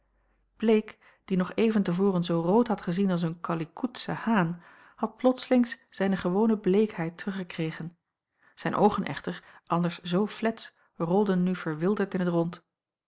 bleek die nog even te voren zoo rood had gezien als een kalikoetsche haan had plotslings zijne gewone bleekheid teruggekregen zijn oogen echter anders zoo fletsch rolden nu verwilderd in t rond